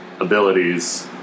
abilities